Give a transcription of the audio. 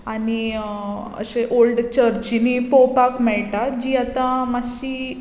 आनी अशे ओल्ड चर्चीनीं पळोवपाक मेळटा जी आतां मातशी